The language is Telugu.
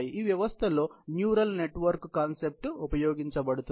ఈ వ్యవస్థలో న్యూరల్ నెట్వర్క్ కాన్సెప్ట్ ఉపయోగించబడుతుంది